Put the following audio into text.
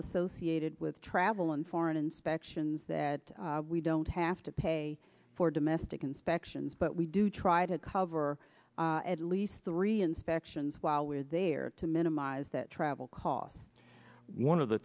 associated with travel and foreign inspections that we don't have to pay for domestic inspections but we do try to cover at least three inspections while we're there to minimize that travel costs one of the